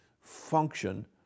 function